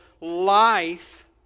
life